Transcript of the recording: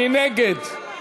מי נגד?